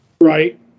Right